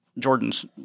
Jordan's